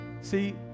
See